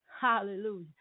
Hallelujah